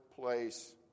place